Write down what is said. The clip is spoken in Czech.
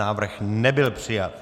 Návrh nebyl přijat.